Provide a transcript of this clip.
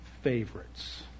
favorites